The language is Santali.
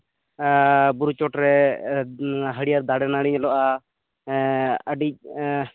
ᱵᱩᱨᱩ ᱪᱚᱴᱨᱮ ᱦᱟᱹᱲᱭᱟᱹᱨ ᱫᱟᱨᱮ ᱱᱟᱹᱲᱤ ᱧᱮᱞᱞᱚᱜᱼᱟ ᱟᱹᱰᱤ